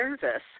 service